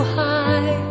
high